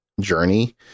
journey